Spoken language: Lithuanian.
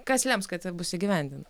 kas lems kad ji bus įgyvendinta